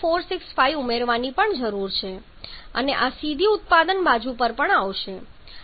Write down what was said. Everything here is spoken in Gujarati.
465 ઉમેરવાની પણ જરૂર છે અને આ સીધી ઉત્પાદન બાજુ પર પણ આવશે